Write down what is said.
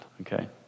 Okay